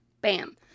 Bam